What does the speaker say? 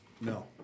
no